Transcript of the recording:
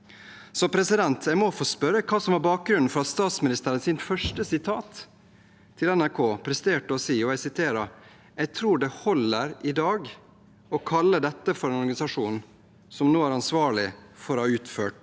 Så jeg må få spørre hva som var bakgrunnen for at statsministeren i sin første uttalelse til NRK presterte å si – og jeg siterer: «Jeg tror det holder i dag å kalle dette for en organisasjon som nå er ansvarlig for å ha utført